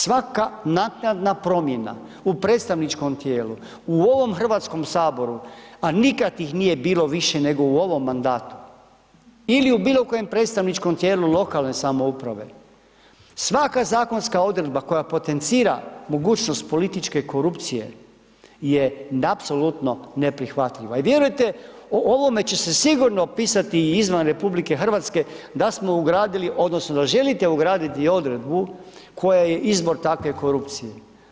Svaka naknada promjerna u predstavničkom tijelu, u ovom Hrvatskom saboru, a nikad ih nije bilo više u ovom mandatu ili u bilo kojem predstavničkom tijelu lokalne samouprave, svaka zakonska odredba koja potencira mogućnost političke korupcije je apsolutno neprihvatljiva i vjerujte o ovome će se sigurno pisati i izvan RH da smo ugradili odnosno da želite ugraditi i odredbu koja je izvor takve korupcije.